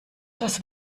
das